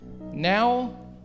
Now